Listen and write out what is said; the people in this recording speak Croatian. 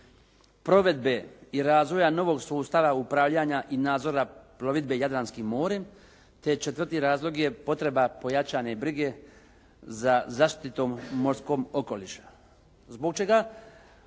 provedbe i razvoja novog sustava upravljanja i nadzora plovidbe Jadranskim morem, te četvrti razlog je potreba pojačane brige za zaštitom morskog okoliša. Zbog čega